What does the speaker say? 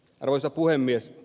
arvoisa puhemies